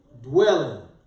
dwelling